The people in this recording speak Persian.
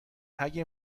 اگه